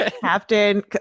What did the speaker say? captain